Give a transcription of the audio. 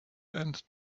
and